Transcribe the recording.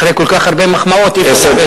אחרי כל כך הרבה מחמאות אי-אפשר,